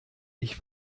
ich